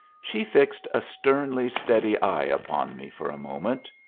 she fixed a sternly steady eye upon me for a moment.